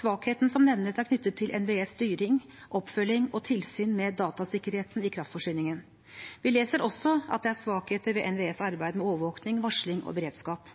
Svakheten som nevnes, er knyttet til NVEs styring, oppfølging og tilsyn med datasikkerheten i kraftforsyningen. Vi leser også at det er svakheter ved NVEs arbeid med overvåkning, varsling og beredskap.